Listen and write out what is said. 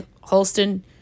Holston